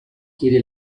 chiede